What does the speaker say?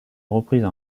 reprises